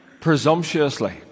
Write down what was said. presumptuously